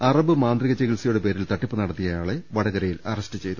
Arab മാന്ത്രിക ചികിത്സയുടെ പേരിൽ തട്ടിപ്പ് നടത്തിയ ആളെ വടകരയിൽ അറസ്റ്റ് ചെയ്തു